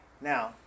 Now